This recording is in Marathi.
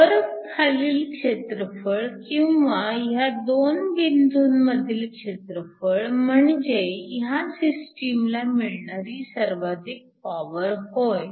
कर्व्ह खालील क्षेत्रफळ किंवा ह्या दोन बिंदूंमधील क्षेत्रफळ म्हणजे ह्या सिस्टिमला मिळणारी सर्वाधिक पॉवर होय